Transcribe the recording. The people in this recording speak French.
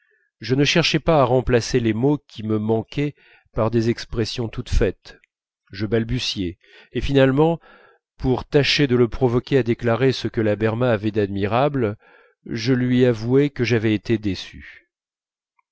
je ne cherchais pas à remplacer les mots qui me manquaient par des expressions toutes faites je balbutiai et finalement pour tâcher de le provoquer et lui faire déclarer ce que la berma avait d'admirable je lui avouai que j'avais été déçu